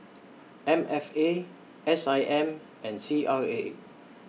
M F A S I M and C R A